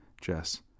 Jess